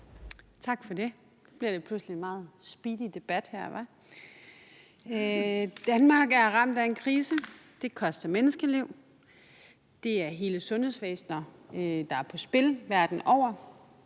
Tak for det. Nu bliver det pludselig en meget speedy debat. Danmark er ramt af en krise. Det koster menneskeliv. Det er hele sundhedsvæsener, der er på spil, verden over.